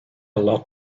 lot